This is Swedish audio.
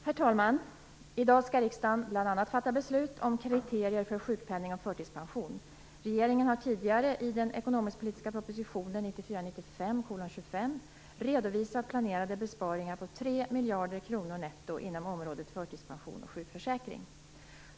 Herr talman! I dag skall riksdagen bl.a. fatta beslut om kriterier för sjukpenning och förtidspension. Regeringen har tidigare i den ekonomisk-politiska propositionen redovisat planerade besparingar på 3 miljarder kronor netto inom området förtidspension och sjukförsäkring.